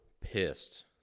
pissed